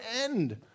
end